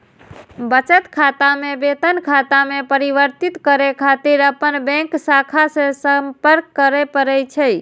बचत खाता कें वेतन खाता मे परिवर्तित करै खातिर अपन बैंक शाखा सं संपर्क करय पड़ै छै